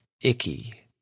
icky